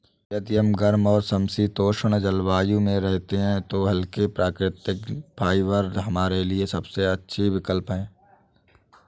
यदि हम गर्म और समशीतोष्ण जलवायु में रहते हैं तो हल्के, प्राकृतिक फाइबर हमारे लिए सबसे अच्छे विकल्प हैं